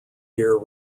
year